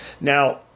Now